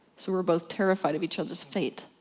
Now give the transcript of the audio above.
so we're both terrified of each other's fate.